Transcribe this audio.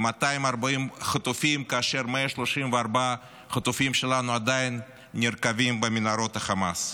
ל-240 חטופים כאשר 134 חטופים שלנו עדיין נרקבים במנהרות החמאס,